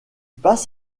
passe